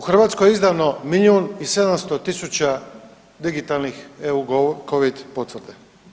U Hrvatskoj je izdano milijun i 700 tisuća digitalnih eu covid potvrda.